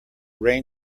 rain